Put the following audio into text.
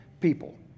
people